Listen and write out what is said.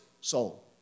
soul